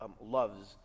loves